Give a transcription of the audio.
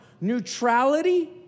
Neutrality